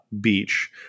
Beach